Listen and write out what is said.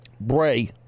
Bray